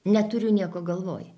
neturiu nieko galvoj